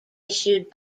issued